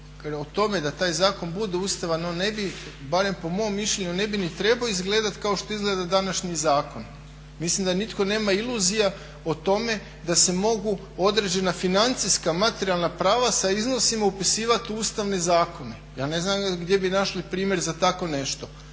o tome da taj zakon bude ustavan on ne bi barem po mom mišljenju ne bi ni trebao izgledat kao što izgleda današnji zakon. Mislim da nitko nema iluzija o tome da se mogu određena financijska materijalna prava sa iznosima upisivat u ustavne zakone. Ja ne znam gdje bi našli primjer za takvo nešto,